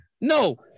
No